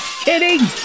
kidding